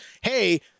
hey